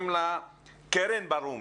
נעבור לקרן ברומי.